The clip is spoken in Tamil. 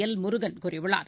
எல்முருகன் கூறியுள்ளார்